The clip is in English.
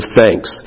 thanks